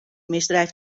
misdrijf